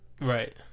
Right